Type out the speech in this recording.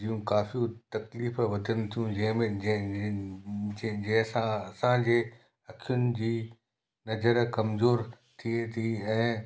जूं काफ़ी तकलीफ़ु वधनि थियूं जंहिंमें जंहिंसां असांजे अखियुनि जी नज़र कमज़ोरु थिए थी ऐं